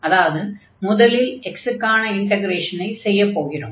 அதாவது முதலில் x க்கான இன்டக்ரேஷனை செய்யப் போகிறோம்